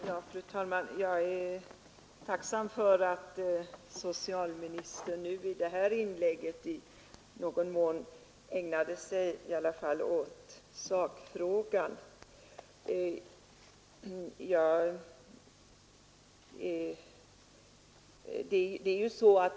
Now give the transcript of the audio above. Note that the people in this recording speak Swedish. Fru talman! Jag är tacksam för att socialministern i det här inlägget i någon mån ägnade sig åt sakfrågan.